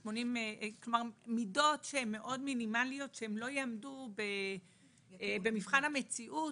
מידות שהן מינימליות שהן לא יעמדו במבחן המציאות,